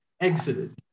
exited